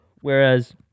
Whereas